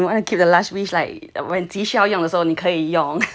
sometimes when you want to keep the last wish like when 即使要用的时候你可以用